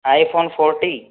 iphone fourteen